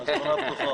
ברוך הבא.